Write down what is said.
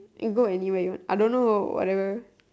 and go anywhere you want I don't know whatever